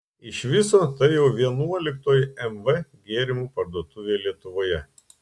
iš viso tai jau vienuoliktoji mv gėrimų parduotuvė lietuvoje